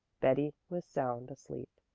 betty was sound asleep.